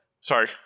Sorry